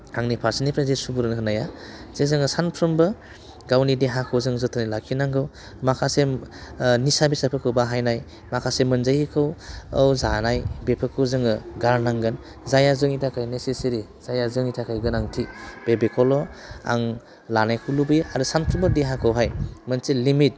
आंनि फारसेनिफ्राय सुबुरुन होनाया जे जोङो सानफ्रोमबो गावनि देहाखौ जों जोथोनै लाखिनांगौ माखासे निसा बेसादफोरखौ बाहायनाय माखासे मोनजायिखौ जानाय बेफोरखौ जोङो गारनांगोन जाया जोंनि थाखाय नेसेसिरि जाया जोंनि थाखाय गोनांथि बेखौल' आं लानायखौ लुबैयो आरो सानफ्रोमबो देहाखौहाय मोनसे लिमिट